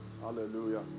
Hallelujah